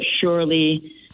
surely